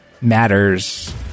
matters